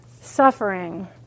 suffering